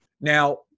Now